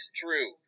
true